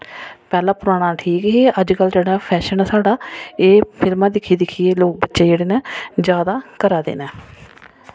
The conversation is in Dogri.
पैह्ला पराना ठीक ही अजकल्ल जेह्ड़ा फैशन ऐ साढ़ा एह् फिल्मां दिक्खी दिक्खियै लोग बच्चे जेह्ड़े न जैदा करै दे न